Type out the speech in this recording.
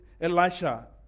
Elisha